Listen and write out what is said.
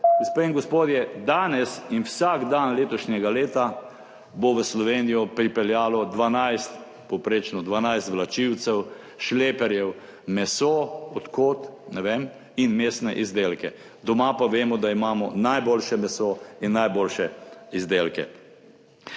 Gospe in gospodje, danes in vsak dan letošnjega leta bo v Slovenijo pripeljalo 12, povprečno 12 vlačilcev, šleperjev meso – Od kod? - ne vem, in mesne izdelke. Doma pa – vemo -, da imamo najboljše meso in najboljše izdelke.